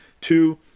two